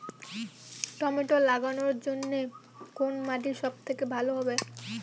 Tomato লাগানোর জন্যে কোন মাটি সব থেকে ভালো হবে?